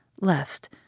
lest